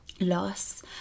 loss